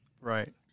Right